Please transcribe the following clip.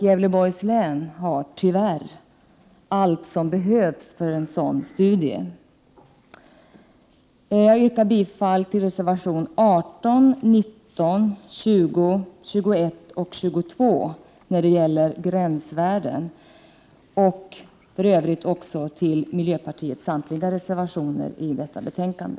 Gävleborgs län har tyvärr allt som behövs för en sådan studie. Jag yrkar bifall till reservationerna 18, 19, 20, 21 och 22 när det gäller gränsvärden och för övrigt till miljöpartiets samtliga reservationer i detta betänkande.